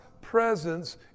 presence